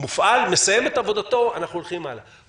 הוא מופעל וכשהוא מסיים את עבודתו אנחנו הולכים הלאה.